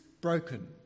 broken